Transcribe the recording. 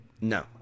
No